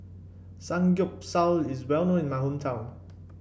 samgyeopsal is well known in my hometown